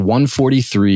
143